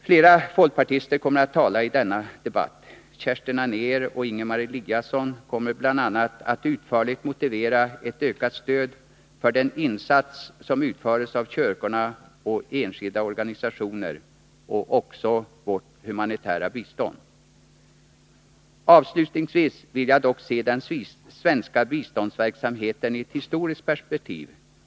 Flera folkpartister kommer att tala i denna debatt. Kerstin Anér och Ingemar Eliasson kommer bl.a. att utförligt motivera ett ökat stöd för den insats som utförs av kyrkorna och de enskilda organisationerna och för vårt humanitära bistånd. Avslutningsvis vill jag se den svenska biståndsverksamheten i ett historiskt perspektiv.